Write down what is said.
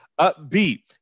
upbeat